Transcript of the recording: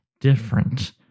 different